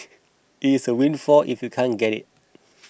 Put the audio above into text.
it's a windfall if you can't get it